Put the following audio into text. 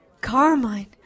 Carmine